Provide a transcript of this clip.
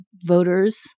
voters